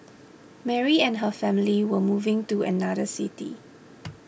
Mary and her family were moving to another city